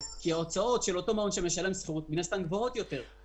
כי ההוצאות של אותו מעון שמשלם שכירות הן מן הסתם גבוהות יותר.